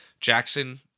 Jackson